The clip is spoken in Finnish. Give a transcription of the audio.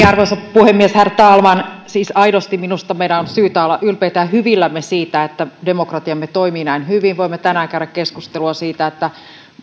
arvoisa puhemies herr talman siis aidosti minusta meidän on syytä olla ylpeitä ja hyvillämme siitä että demokratiamme toimii näin hyvin voimme tänään käydä keskustelua siitä